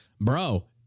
bro